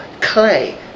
clay